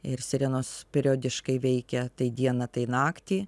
ir sirenos periodiškai veikia tai dieną tai naktį